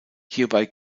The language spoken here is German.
hierbei